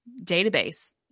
database